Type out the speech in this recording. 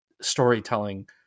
storytelling